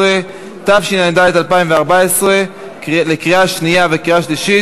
17), התשע"ד 2014, לקריאה שנייה ולקריאה שלישית.